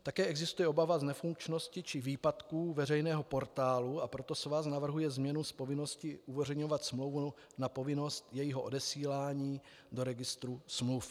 Také existuje obava z nefunkčnosti či výpadků veřejného portálu, a proto svaz navrhuje změnu z povinnosti uveřejňovat smlouvu na povinnost jejího odesílání do registru smluv.